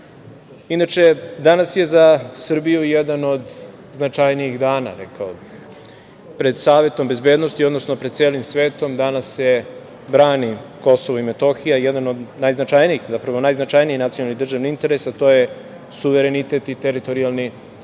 danas je za Srbiju jedan od najznačajnijih dana, rekao bih. Pred Savetom bezbednosti, odnosno pred celim svetom danas se brani Kosovo i Metohija jedan od najznačajnijih nacionalnih i državnih interesa, to je suverenitet i teritorijalni integritet